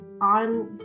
on